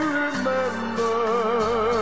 remember